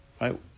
right